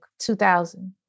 2000